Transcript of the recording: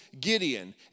Gideon